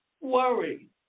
worry